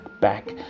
back